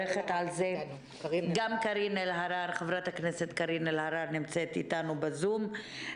גם חברת הכנסת קארין אלהרר נמצאת איתנו ב-zoom.